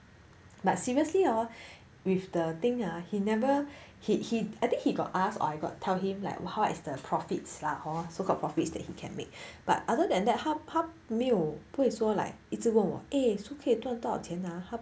but seriously hor with the thing ah he never he he I think he got ask or I got tell him like how is the profits hor so called profits that he can make but other than that 他他没有不会说一直问我 like eh 书可以赚多少钱啊